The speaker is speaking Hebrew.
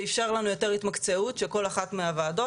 אפשר לנו יותר התמקצעות של כל אחת מהוועדות,